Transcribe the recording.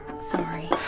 Sorry